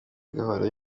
agahora